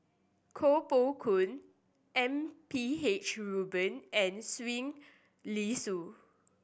Koh Poh Koon M P H Rubin and Li Sui